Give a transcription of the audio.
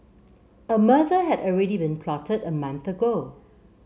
a murder had already been plotted a month ago